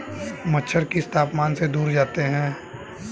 मच्छर किस तापमान से दूर जाते हैं?